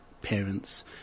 parents